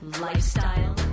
lifestyle